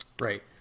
Right